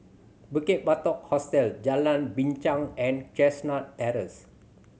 Bukit Batok Hostel Jalan Binchang and Chestnut Terrace